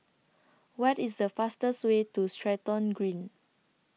What IS The fastest Way to Stratton Green